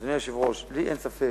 אדוני היושב-ראש, לי אין ספק